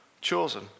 chosen